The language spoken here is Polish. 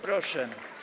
Proszę.